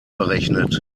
berechnet